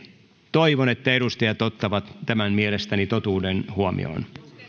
toivon että edustajat ottavat tämän mielestäni totuuden huomioon